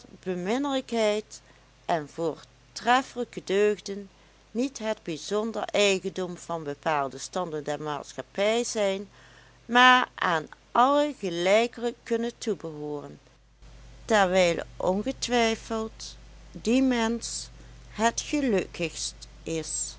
beminlijkheid en voortreffelijke deugden niet het bijzonder eigendom van bepaalde standen der maatschappij zijn maar aan alle gelijkelijk kunnen toebehooren terwijl ongetwijfeld die mensch het gelukkigst is